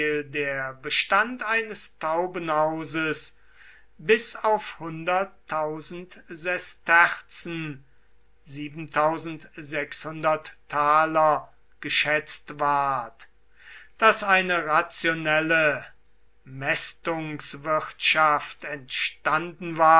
der bestand eines taubenhauses bis auf sesterzen geschätzt ward daß eine rationelle mästungswirtschaft entstanden war